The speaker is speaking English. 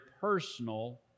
personal